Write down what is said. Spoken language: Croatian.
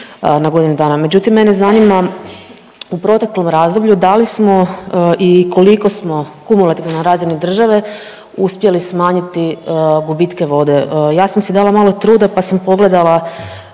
na godinu dana. Međutim, mene zanima u protekom razdoblju, da li smo i koliko smo kumulativno na razini države uspjeli smanjiti gubitke vode? Ja sam si dala malo truda pa sam pogledala